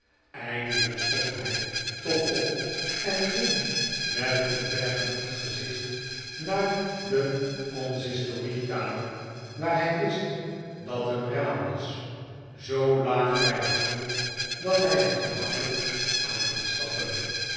eindelijk stond hij toch op en ging met een vergenoegd gezicht naar de consistoriekamer waar hij wist dat een raam was zoo laag bij den grond dat hij er gemakkelijk uit kon stappen